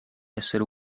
essere